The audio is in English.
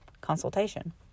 consultation